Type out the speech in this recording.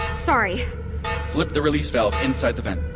sorry flip the release valve inside the vent